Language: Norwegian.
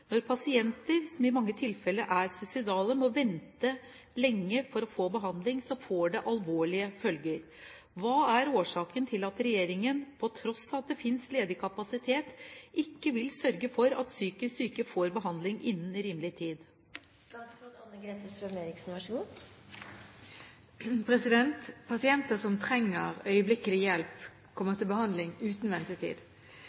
Når pasienter, som i mange tilfeller er suicidale, må vente for lenge på behandling, får det alvorlige følger. Hva er årsaken til at regjeringen, på tross av at det finnes ledig kapasitet, ikke vil sørge for at psykisk syke får behandling innen rimelig tid?»